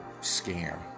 scam